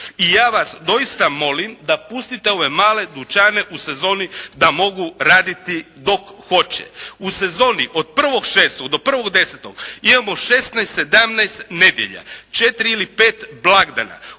I ja vas doista molim da pustite ove male dućane u sezoni da mogu raditi dok hoće. U sezoni od 1.6. do 1.10. imamo 16, 17 nedjelja, 4 ili 5 blagdana.